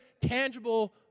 tangible